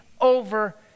over